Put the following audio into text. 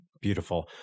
Beautiful